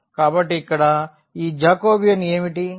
కాబట్టి ఇక్కడ ఈ జాకోబియన్ ఏమిటి